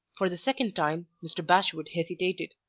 for the second time mr. bashwood hesitated.